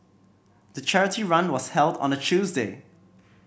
the charity run was held on a Tuesday